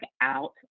out